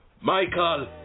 Michael